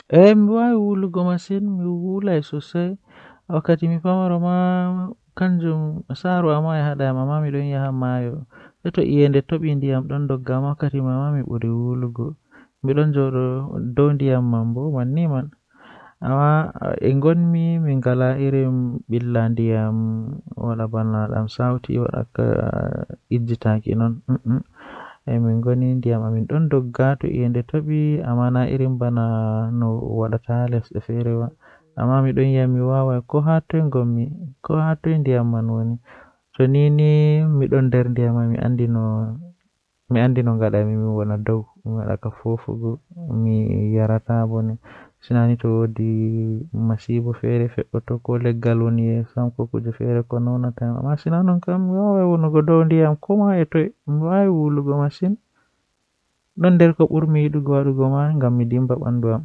Eh didi fuu handi gomnati kam huwa amma ko handi lorna hakkilo masin kanjum woni hakkila be ummatoore woni nderwuro ummtoore nder wuro kambe woni gomnati hakkila be mabbe masin